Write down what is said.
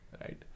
right